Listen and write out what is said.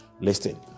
Listen